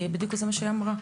זה בדיוק מה שהיא אמרה,